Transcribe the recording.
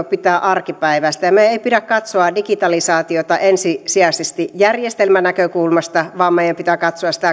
pitää arkipäiväistää meidän ei pidä katsoa digitalisaatiota ensisijaisesti järjestelmän näkökulmasta vaan meidän pitää katsoa sitä